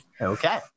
Okay